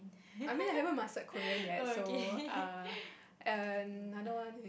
I mean I haven't mastered Korean yet so err another one